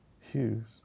Hughes